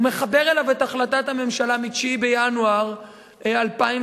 הוא מחבר אליו את החלטת הממשלה מ-9 בינואר 2011,